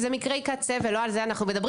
וזה מקרי קצה ולא על זה אנחנו מדברים